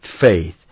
faith